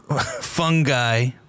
fungi